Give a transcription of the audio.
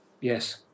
Yes